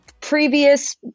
previous